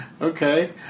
Okay